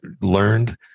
learned